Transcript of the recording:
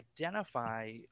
identify